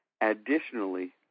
Additionally